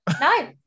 No